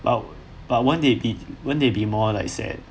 but but won't they be won't they be more like sad